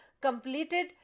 completed